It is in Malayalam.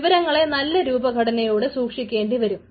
വിവരങ്ങളെ നല്ല രൂപഘടനയോടെ സൂക്ഷിക്കേണ്ടി വരും